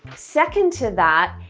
second to that,